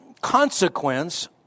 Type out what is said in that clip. consequence